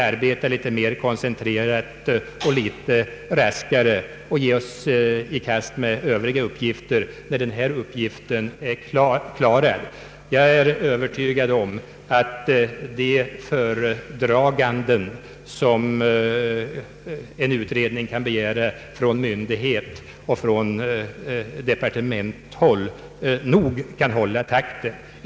Ibland är det nödvändigt att arbeta raskare och mera koncentrerat med en uppgift och ge sig i kast med de övriga sedan, Jag är övertygad om att de föredragande som en utredning kan begära från myndigheter och departement kan hålla takten.